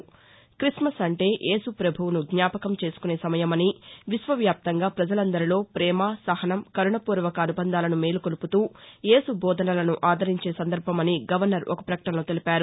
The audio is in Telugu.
క్రిస్మస్ అంటే యేసు పభువును జ్ఞాపకం చేసుకునే సమయమని విశ్వవ్యాప్తంగా ప్రజలందరిలో పేమసహనం కరుణ పూర్వక అనుబంధాలను మేలుకొలుపుతూ యేసు బోధలను ఆదరించే సందర్బం అని గవర్నర్ ఒక ప్రకటనలో తెలిపారు